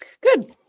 Good